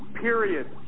period